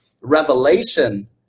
revelation